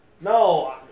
No